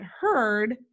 heard